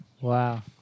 Wow